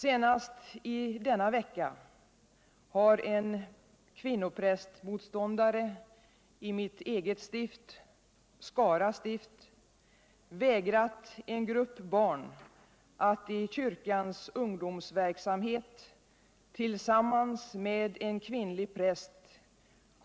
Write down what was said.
Senast i denna vecka har en kvinnoprästmotståndare i mitt eget stift, Skara stift, vägrat en grupp barn i kyrkans ungdomsverksamhet att tillsammans med en kvinnlig präst